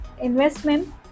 investment